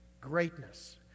Greatness